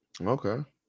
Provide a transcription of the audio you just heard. Okay